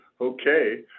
okay